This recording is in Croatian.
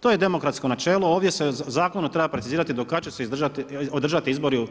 To je demokratsko načelo, ovdje se zakonom treba precizirati do kada će se održati izbori u